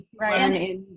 Right